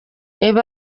ibi